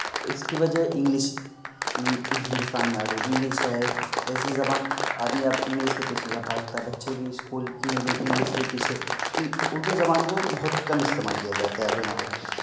اس کی وجہ انگلش ہندوستان میں آ گئی انگلش ہے ایسی زبان آدمی اب انگلش کے پیچھے بھاگتا ہے بچے بھی اسکول میں بھی انگلش کے پیچھے اردو زبان کو بہت کم استعمال کیا جاتا ہے اب یہاں پہ